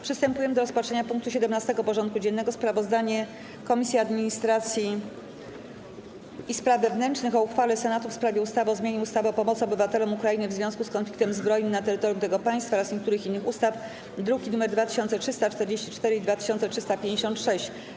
Przystępujemy do rozpatrzenia punktu 17. porządku dziennego: Sprawozdanie Komisji Administracji i Spraw Wewnętrznych o uchwale Senatu w sprawie ustawy o zmianie ustawy o pomocy obywatelom Ukrainy w związku z konfliktem zbrojnym na terytorium tego państwa oraz niektórych innych ustaw (druki nr 2344 i 2356)